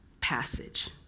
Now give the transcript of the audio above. passage